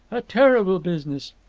a terrible business.